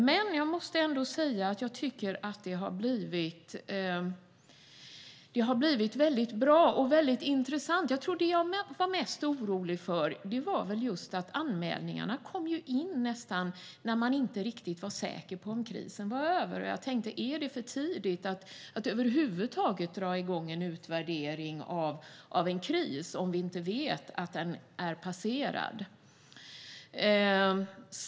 Men jag måste säga att jag tycker att det har blivit väldigt bra och väldigt intressant. Jag tror att det jag var mest orolig för var att anmälningarna kom in när man inte var riktigt säker på om krisen var över. Jag tänkte: Är det för tidigt att över huvud taget dra igång en utvärdering av en kris om vi inte vet att den är passerad?